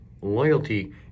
Loyalty